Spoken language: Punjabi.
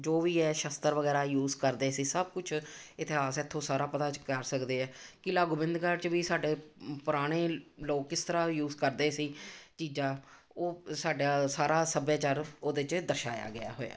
ਜੋ ਵੀ ਇਹ ਸ਼ਸਤਰ ਵਗੈਰਾ ਯੂਜ ਕਰਦੇ ਸੀ ਸਭ ਕੁਛ ਇਤਿਹਾਸ ਇੱਥੋਂ ਸਾਰਾ ਪਤਾ ਚ ਕਰ ਸਕਦੇ ਹੈ ਕਿਲ੍ਹਾ ਗੋਬਿੰਦਗੜ੍ਹ 'ਚ ਵੀ ਸਾਡੇ ਪੁਰਾਣੇ ਲੋਕ ਕਿਸ ਤਰ੍ਹਾਂ ਯੂਜ ਕਰਦੇ ਸੀ ਚੀਜ਼ਾਂ ਉਹ ਸਾਡਾ ਸਾਰਾ ਸੱਭਿਆਚਾਰ ਉਹਦੇ 'ਚ ਦਰਸਾਇਆ ਗਿਆ ਹੋਇਆ ਹੈ